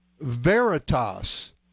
Veritas